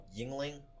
yingling